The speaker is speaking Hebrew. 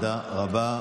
תודה רבה.